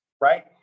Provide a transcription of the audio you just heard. right